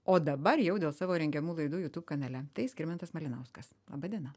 o dabar jau dėl savo rengiamų laidų youtube kanale tai skirmantas malinauskas laba diena